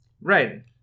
Right